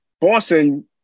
Boston